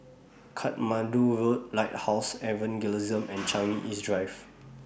Katmandu Road Lighthouse Evangelism and Changi East Drive